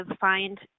find